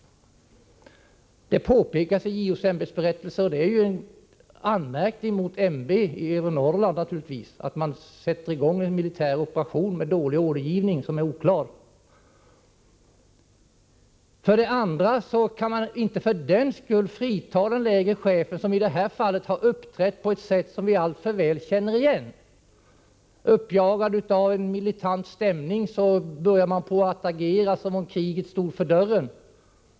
Det påpekas i JO:s ämbetsberättelse — och det är naturligtvis en anmärkning mot MB i övre Norrland — att man satte i gång en militär aktion med dålig och oklar ordergivning. Man kan emellertid inte för den skull fria den lägre chefen, som i det här fallet har uppträtt på ett sätt som vi alltför väl känner igen. Uppjagad av en militant stämning börjar man på att agera som om kriget stod för dörren.